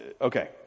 Okay